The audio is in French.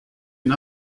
une